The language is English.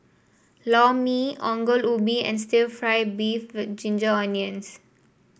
Lor Mee Ongol Ubi and stir fry beef with Ginger Onions